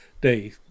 Day